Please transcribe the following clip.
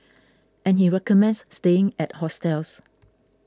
and he recommends staying at hostels